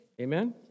Amen